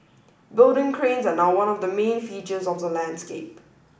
building cranes are now one of the main features of the landscape